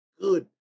good